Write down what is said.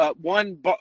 one